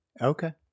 Okay